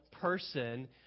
person